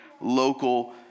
local